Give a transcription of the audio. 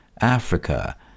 Africa